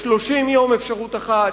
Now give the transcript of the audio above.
ב-30 יום אפשרות אחת,